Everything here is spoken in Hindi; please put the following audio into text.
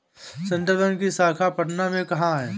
सेंट्रल बैंक की शाखा पटना में कहाँ है?